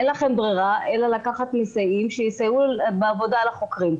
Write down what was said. אין לכם ברירה אלא לקחת מסייעים שיסייעו בעבודה לחוקרים.